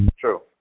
true